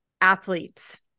athletes